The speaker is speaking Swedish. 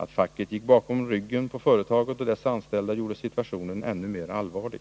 Att facket gick bakom ryggen på företaget och dess anställda gjorde situationen ännu mer allvarlig.